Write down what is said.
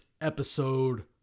episode